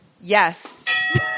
Yes